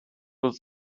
will